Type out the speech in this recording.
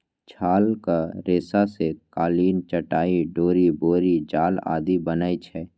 छालक रेशा सं कालीन, चटाइ, डोरि, बोरी जाल आदि बनै छै